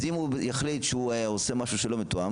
אז אם הוא יחליט שהוא עושה משהו שלא מתואם,